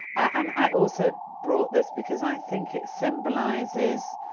and, i also brought this because i think it symbolises